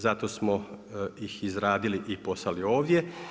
Zato smo ih izradili i poslali ovdje.